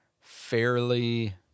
fairly